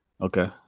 Okay